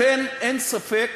לכן, אין ספק